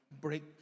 break